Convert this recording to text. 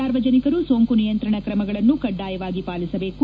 ಸಾರ್ವಜನಿಕರು ಸೋಂಕು ನಿಯಂತ್ರಣ ಕ್ರಮಗಳನ್ನು ಕಡ್ಡಾಯವಾಗಿ ಪಾಲಿಸಬೇಕು